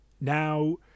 Now